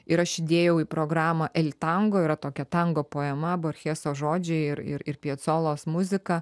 ir aš įdėjau į programą el tango yra tokia tango poema borcheso žodžiai ir ir ir piacolos muzika